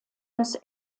das